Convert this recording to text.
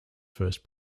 first